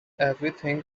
everything